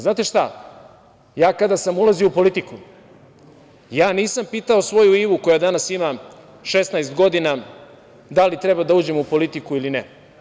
Znate šta, ja kada sam ulazio u politiku nisam pitao svoju Ivu, koja danas ima 16 godina, da li treba da uđem u politiku ili ne.